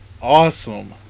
awesome